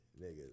niggas